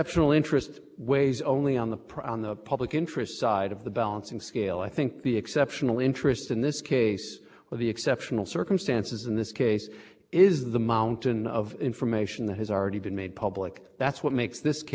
interest side of the balancing scale i think the exceptional interest in this case will be exceptional circumstances in this case is the mountain of information that has already been made public that's what makes this case different from fun for constitutional government there